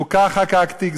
חוקה חקקתי,